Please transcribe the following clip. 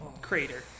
crater